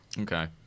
Okay